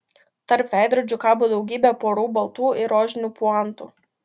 tarp veidrodžių kabo daugybė porų baltų ir rožinių puantų